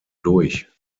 durch